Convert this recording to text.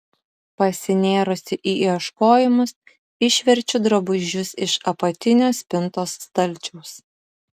pasinėrusi į ieškojimus išverčiu drabužius iš apatinio spintos stalčiaus